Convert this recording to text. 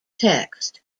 text